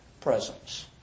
presence